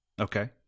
Okay